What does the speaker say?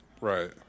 right